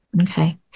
Okay